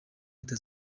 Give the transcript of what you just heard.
leta